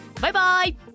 Bye-bye